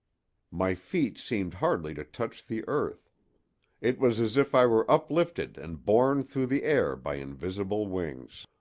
my feet seemed hardly to touch the earth it was as if i were uplifted and borne through the air by invisible wings.